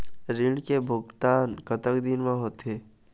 ऋण के भुगतान कतक दिन म होथे?